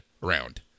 round